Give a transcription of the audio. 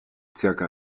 zirka